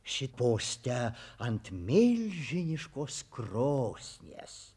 ši poste ant milžiniškos krosnies